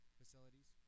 facilities